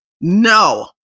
No